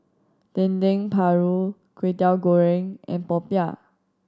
Dendeng Paru Kwetiau Goreng and popiah